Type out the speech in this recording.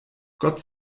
gott